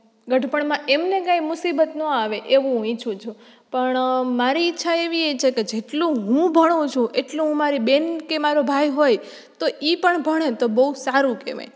ઘડપણમાં એમને કંઈ મુસીબત ન આવે એવું હું ઈચ્છું છું પણ મારી ઈચ્છા એવી એ છે કે જેટલું હું ભણું છું એટલું હું મારી બહેન કે મારો ભાઈ હોય તો એ પણ ભણે તો બહુ સારું કહેવાય